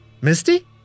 Misty